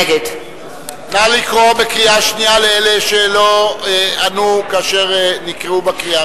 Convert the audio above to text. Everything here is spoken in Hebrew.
נגד נא לקרוא בקריאה שנייה לאלה שלא ענו כאשר נקראו בקריאה הראשונה.